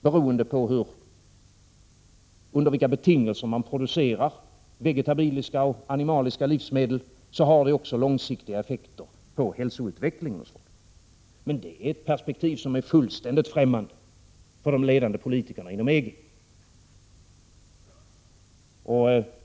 Beroende på under vilka betingelser vegetabiliska och animaliska livsmedel produceras har det också långsiktiga effekter på hälsoutvecklingen. Men det är ett perspektiv som är fullständigt främmande för de ledande politikerna inom EG.